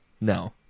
no